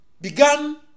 began